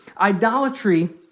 Idolatry